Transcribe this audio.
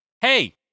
hey